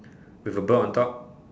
with a bird on top